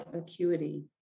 acuity